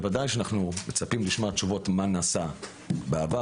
בוודאי שאנחנו מצפים לשמוע תשובות מה נעשה בעבר,